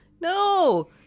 No